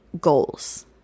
goals